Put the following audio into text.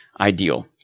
ideal